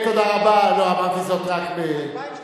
לא לא, תהיה בטוח.